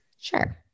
Sure